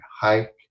hike